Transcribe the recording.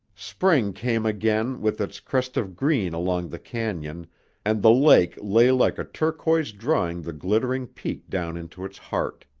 spring came again with its crest of green along the canon and the lake lay like a turquoise drawing the glittering peak down into its heart.